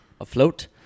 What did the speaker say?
afloat